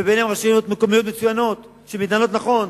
וביניהן רשויות מקומיות מצוינות, שמתנהלות נכון,